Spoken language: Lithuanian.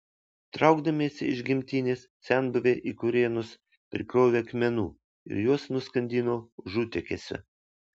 traukdamiesi iš gimtinės senbuviai į kurėnus prikrovė akmenų ir juos nuskandino užutėkiuose